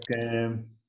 game